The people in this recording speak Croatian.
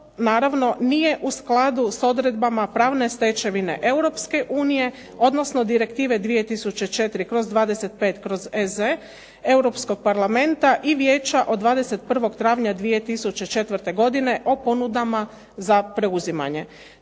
što naravno nije u skladu s odredbama pravne stečevine Europske unije, odnosno direktive 2004/25/EZ Europskog Parlamenta i vijeća od 21. travnja 2004. godine o ponudama za preuzimanje.